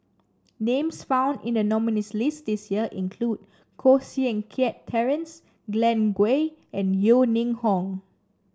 names found in the nominees' list this year include Koh Seng Kiat Terence Glen Goei and Yeo Ning Hong